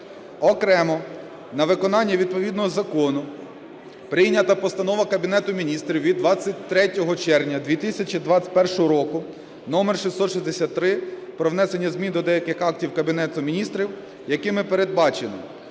Окремо на виконання відповідного закону прийнята Постанова Кабінету Міністрів від 23 червня 2021 року №663 про внесення змін до деяких актів Кабінету Міністрів, якими передбачено: